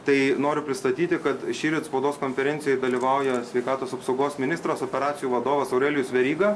tai noriu pristatyti kad šįryt spaudos konferencijoj dalyvauja sveikatos apsaugos ministras operacijų vadovas aurelijus veryga